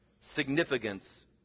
Significance